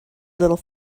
little